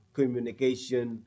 communication